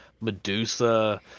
Medusa